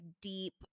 deep